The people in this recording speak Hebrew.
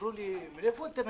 אמרו לי: "מאיפה אתה מגיע?"